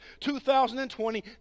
2020